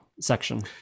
section